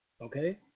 Okay